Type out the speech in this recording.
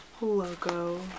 logo